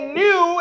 new